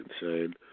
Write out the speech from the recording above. insane